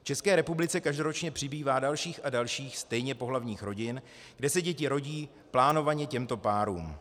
V České republice každoročně přibývá dalších a dalších stejnopohlavních rodin, kde se děti rodí plánovaně těmto párům.